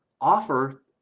Offer